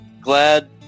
glad